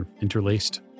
interlaced